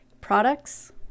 products